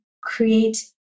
create